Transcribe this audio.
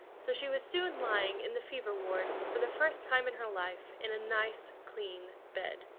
so she was soon lying in the fever ward for the first time in her life in a nice clean bed.